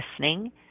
listening